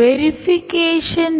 verification